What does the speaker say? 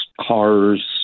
cars